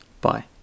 Bye